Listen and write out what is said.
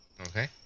Okay